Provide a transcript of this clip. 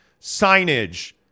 signage